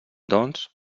doncs